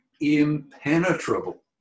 impenetrable